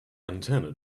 antenna